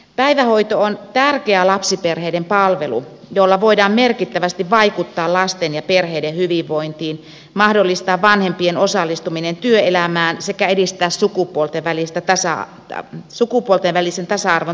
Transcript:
päivähoito on tärkeä lapsiperheiden palvelu jolla voidaan merkittävästi vaikuttaa lasten ja perheiden hyvinvointiin mahdollistaa vanhempien osallistuminen työelämään sekä edistää sukupuolten välisen tasa arvon toteutumista